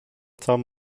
tam